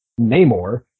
Namor